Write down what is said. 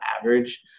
average